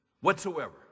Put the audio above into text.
whatsoever